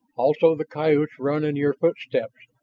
also the coyotes run in your footsteps,